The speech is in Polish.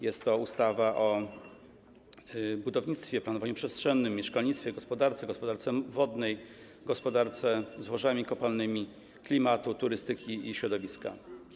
Jest to ustawa o budownictwie, planowaniu przestrzennym, mieszkalnictwie, gospodarce, gospodarce wodnej, gospodarce złożami kopalnymi, klimacie, turystyce i środowisku.